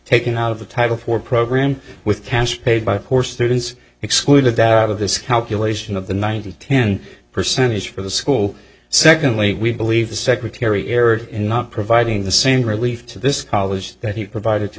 taken out of the title for program with cash paid by poor students excluded that out of this calculation of the ninety ten percent is for the school secondly we believe the secretary error in not providing the same relief to this college that he provided to